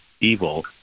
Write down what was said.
evil